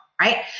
right